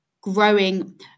growing